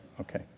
Okay